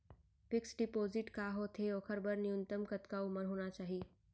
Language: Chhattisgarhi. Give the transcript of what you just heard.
फिक्स डिपोजिट का होथे ओखर बर न्यूनतम कतका उमर होना चाहि?